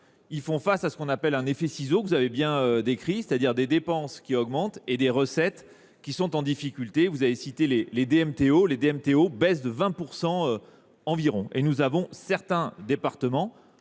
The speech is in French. Ils font face à ce qu’on appelle un effet ciseaux, que vous avez bien décrit, c’est à dire des dépenses qui augmentent et des recettes qui connaissent des difficultés. Vous avez cité les DMTO, qui baissent de 20 % environ. Certains départements